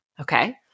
Okay